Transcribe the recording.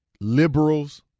liberals